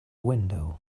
window